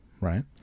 right